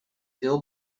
veel